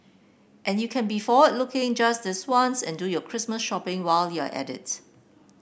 and you can be forward looking just this once and do your Christmas shopping while you're at it